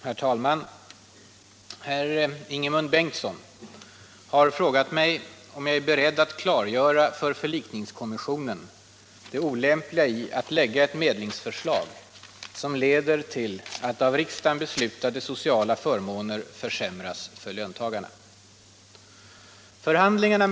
Herr talman! Herr Ingemund Bengtsson i Varberg har frågat mig om jag är beredd att klargöra för förlikningskommissionen det olämpliga i att framlägga ett medlingsförslag som leder till att av riksdagen beslutade sociala förmåner försämras för löntagarna.